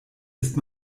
ist